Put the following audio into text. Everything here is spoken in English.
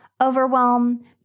overwhelm